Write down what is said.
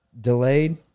delayed